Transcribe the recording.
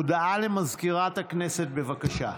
הודעה למזכירת הכנסת, בבקשה.